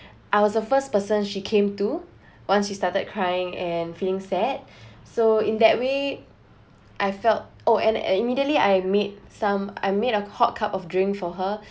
I was the first person she came to once she started crying and feeling sad so in that way I felt oh and immediately I made some I made a hot cup of drink for her